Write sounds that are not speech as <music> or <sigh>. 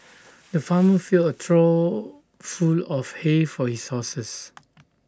<noise> the farmer filled A trough full of hay for his horses